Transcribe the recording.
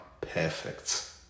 perfect